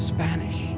Spanish